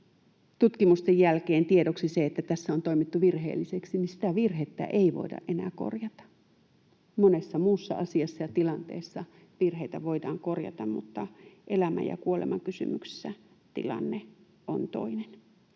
tutkimusten jälkeen tiedoksi se, että tässä on toimittu virheellisesti, niin sitä virhettä ei voida enää korjata. Monessa muussa asiassa ja tilanteessa virheitä voidaan korjata, mutta elämän ja kuoleman kysymyksissä tilanne on toinen.